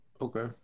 Okay